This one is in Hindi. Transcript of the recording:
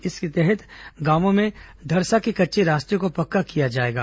इसके तहत गांवों में धरसा के कच्चे रास्ते को पक्का किया जाएगा